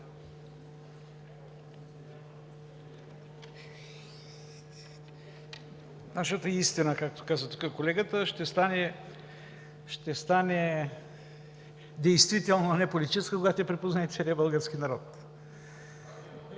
Нашата истина, както каза колегата, ще стане действително неполитическа, когато я припознае целият български народ.